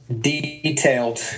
detailed